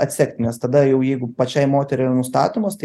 atsekti nes tada jau jeigu pačiai moteriai yra nustatomas tai